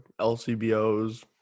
LCBOs